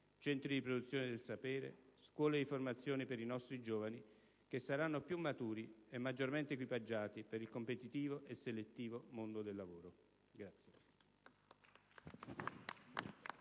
centri di produzione del sapere e scuole di formazione per i nostri giovani che saranno più maturi e maggiormente equipaggiati per il competitivo e selettivo mondo del lavoro.